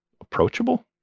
approachable